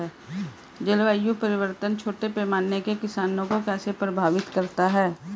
जलवायु परिवर्तन छोटे पैमाने के किसानों को कैसे प्रभावित करता है?